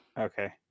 Okay